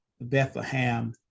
Bethlehem